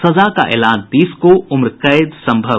सजा का एलान तीस को उम्रकैद संभव